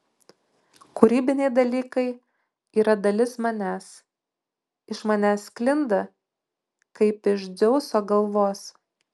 kūrybiniai dalykai yra dalis manęs iš manęs sklinda kaip iš dzeuso galvos